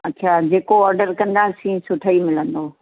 अच्छा जेको ऑडर कंदासीं सुठो ई मिलंदो